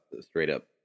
straight-up